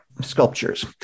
sculptures